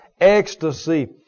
ecstasy